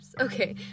Okay